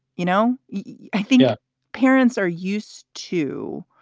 you know, yeah i think the parents are used to